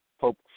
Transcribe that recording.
Pope